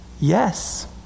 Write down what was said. Yes